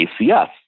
ACS